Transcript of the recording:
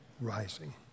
rising